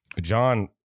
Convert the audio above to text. John